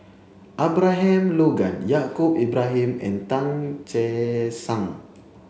Abraham Logan Yaacob Ibrahim and Tan Che Sang